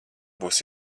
būs